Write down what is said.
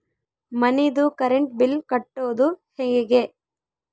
ಮನಿದು current bill ಕಟ್ಟೊದು ಹೇಗೆ?